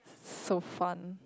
so fun